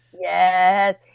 Yes